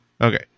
Okay